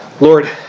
Lord